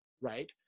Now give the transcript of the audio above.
Right